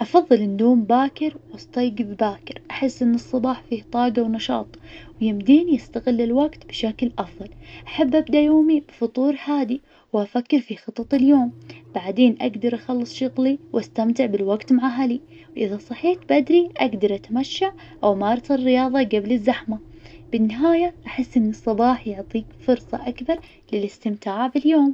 أفضل النوم باكر, واستيقظ باكر, أحس إن الصباح فيه طاقة ونشاط, يمديني استغل الوقت بشكل أفضل, أحب أبدأ يومي بفطور هادي, وأفكر في خطط اليوم, بعدين أقدر أخلص شغلي واستمتع بالوقت مع أهلي, وإذا صحيت بدري, أقدر أتمشى أو مارس الرياضة قبل الزحمة, بالنهاية أحس إن الصباح يعطيك فرصة أكبر للاستمتاع باليوم.